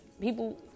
People